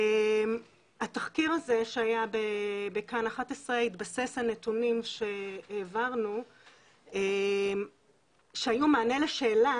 התחקיר הזה שהיה ב'כאן' 11 התבסס על נתונים שהעברנו שהיו מענה לשאלה